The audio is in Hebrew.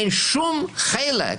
אין שום חלק